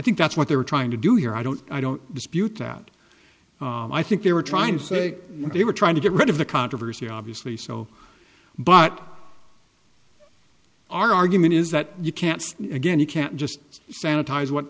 think that's what they were trying to do here i don't i don't dispute that i think they were trying to say they were trying to get rid of the controversy obviously so but our argument is that you can't again you can't just sanitize what